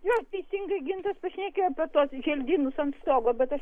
jo teisingai gintas pašnekėjoapie tuos želdynus ant stogo bet aš